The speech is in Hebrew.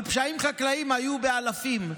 אבל פשעים חקלאיים היו באלפים.